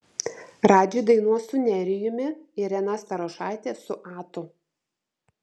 radži dainuos su nerijumi irena starošaitė su atu